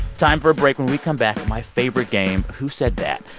time for a break when we come back, my favorite game who said that.